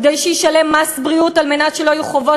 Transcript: כדי שישלם מס בריאות על מנת שלא יהיו חובות